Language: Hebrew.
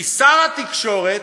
כי שר התקשורת,